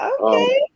Okay